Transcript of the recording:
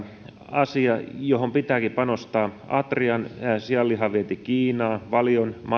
asia johon pitääkin panostaa atrian sianlihavienti kiinaan valion